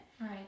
Right